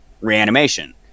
reanimation